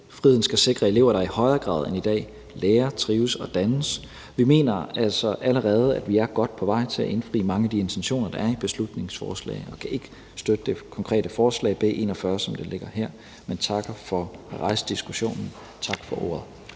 Friheden skal sikre, at elever i højere grad end i dag lærer, trives og dannes. Vi mener altså, at vi allerede er godt på vej til af indfri mange af de intentioner, der er i beslutningsforslaget, og kan ikke støtte det konkrete forslag, B 41, som det ligger her. Men vi takker for at rejse diskussionen. Tak for ordet.